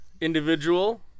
individual